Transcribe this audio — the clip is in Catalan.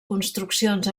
construccions